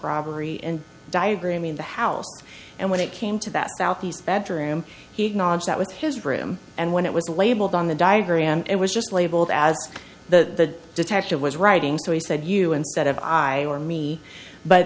robbery and diagram in the house and when it came to that southeast bedroom he acknowledged that was his room and when it was labeled on the diagram it was just labeled as the detective was writing so he said you instead of i or me but